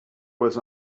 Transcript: was